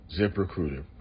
ZipRecruiter